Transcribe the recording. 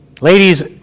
Ladies